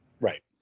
Right